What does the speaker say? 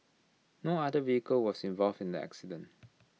no other vehicle was involved in the accident